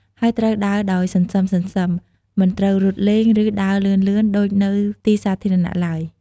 ហើយត្រូវដើរដោយសន្សឹមៗ មិនត្រូវរត់លេង ឬដើរលឿនៗដូចនៅទីសាធារណៈឡើយ។